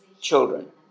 children